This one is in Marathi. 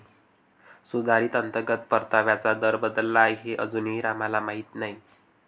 सुधारित अंतर्गत परताव्याचा दर बदलला आहे हे अजूनही रामला माहीत नाही